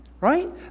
right